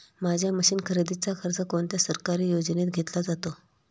माझ्या मशीन खरेदीचा खर्च कोणत्या सरकारी योजनेत घेतला जातो?